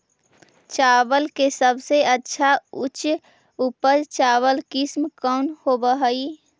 चावल के सबसे अच्छा उच्च उपज चावल किस्म कौन होव हई?